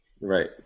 Right